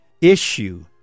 issue